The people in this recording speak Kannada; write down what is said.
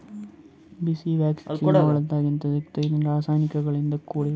ಬೀಸ್ ವ್ಯಾಕ್ಸ್ ಜೇನಹುಳಗೋಳಿಂತ್ ಸಿಗ್ತದ್ ಇದು ರಾಸಾಯನಿಕ್ ಗಳಿಂದ್ ಕೂಡಿರ್ತದ